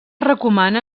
recomana